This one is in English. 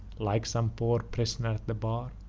like some poor pris'ner at the bar,